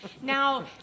Now